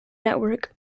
network